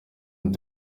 dogg